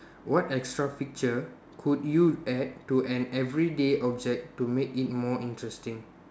what extra feature could you add to an everyday object to make it more interesting